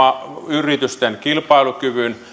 yritysten kilpailukyvyn